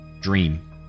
Dream